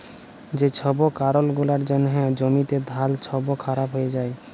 যে ছব কারল গুলার জ্যনহে জ্যমিতে ধাল ছব খারাপ হঁয়ে যায়